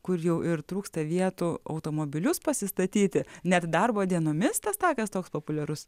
kur jau ir trūksta vietų automobilius pasistatyti net darbo dienomis tas takas toks populiarus